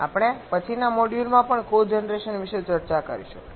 આપણે પછીના મોડ્યુલમાં પણ કોજનરેશન વિશે ચર્ચા કરીશું